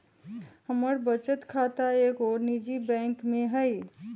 हमर बचत खता एगो निजी बैंक में हइ